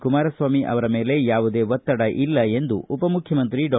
ಕುಮಾರಸ್ವಾಮಿ ಅವರ ಮೇಲೆ ಯಾವುದೇ ಒತ್ತಡ ಇಲ್ಲ ಎಂದು ಉಪ ಮುಖ್ಯಮಂತ್ರಿ ಡಾ